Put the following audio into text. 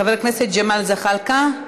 חבר הכנסת ג'מאל זחאלקה,